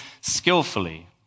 skillfully